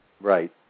Right